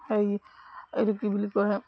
সেই এইটো কি বুলি কয়